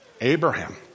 Abraham